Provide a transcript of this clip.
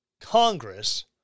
Congress